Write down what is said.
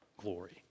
glory